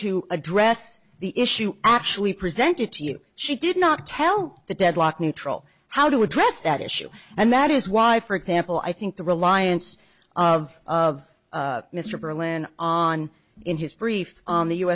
to address the issue actually presented to you she did not tell the deadlock neutral how to address that issue and that is why for example i think the reliance of of mr berlin on in his brief on the u